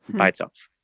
myself